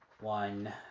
one